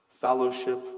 fellowship